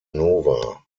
nova